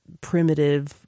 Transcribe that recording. primitive